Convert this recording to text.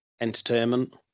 entertainment